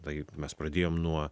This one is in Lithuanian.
taip mes pradėjom nuo